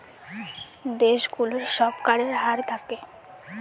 দেশ গুলোর সব করের হার থাকে